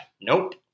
nope